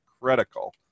critical